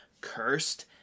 cursed